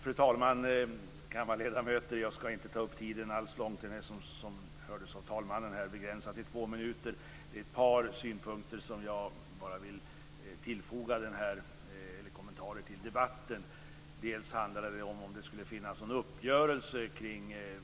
Fru talman! Kammarledamöter! Jag ska inte alls ta upp lång tid. Som ni hörde av tredje vice talmannen är anförandet begränsat till två minuter. Det är bara ett par kommentarer jag vill göra till den här debatten. Det sägs att det skulle finnas en uppgörelse